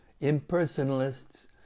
Impersonalists